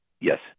Yes